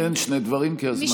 אין שני דברים כי הזמן נגמר.